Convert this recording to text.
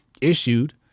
issued